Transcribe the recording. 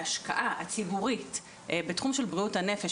ההשקעה הציבורית בתחום של בריאות הנפש